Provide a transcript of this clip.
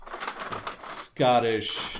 Scottish